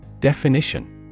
Definition